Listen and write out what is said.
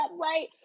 right